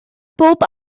bob